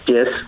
Yes